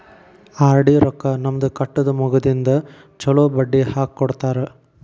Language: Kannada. ಆರ್.ಡಿ ರೊಕ್ಕಾ ನಮ್ದ ಕಟ್ಟುದ ಮುಗದಿಂದ ಚೊಲೋ ಬಡ್ಡಿ ಹಾಕ್ಕೊಡ್ತಾರ